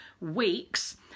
weeks